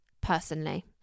personally